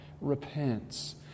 repents